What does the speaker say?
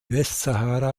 westsahara